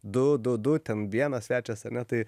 du du du ten vienas svečias ane tai